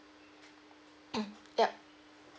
mm yup